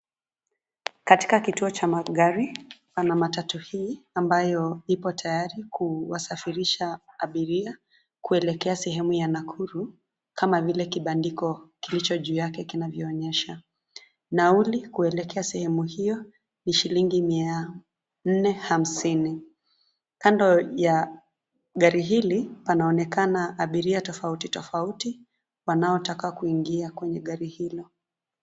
Katika kituo cha magari pana matatu hii ambayo ipo tayari kuwasafirisha abiria kuelekea sehemu ya Nakuru kama vile kibandiko kilicho juu yake kinavyoonyesha. Nauli kuelekea sehemu hio ni shilingi mia nne hamsini. Kando ya gari hili panaonekana abiria tofauti tofauti wanaotaka kuingia kwenye gari hilo.